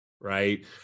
right